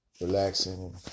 relaxing